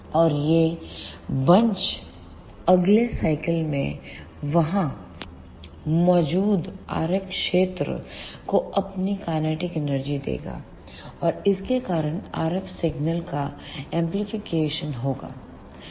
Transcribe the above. और ये बंच अगले साइकल में वहां मौजूद RF क्षेत्र को अपनी काइनेटिक एनर्जी देगा और इसके कारण RF सिग्नल का एमप्लीफिकेशन होगा